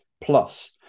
plus